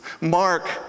Mark